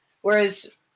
Whereas